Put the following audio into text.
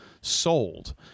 sold